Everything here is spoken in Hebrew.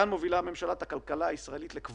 כאן מובילה הממשלה את הכלכלה הישראלית לקבורה.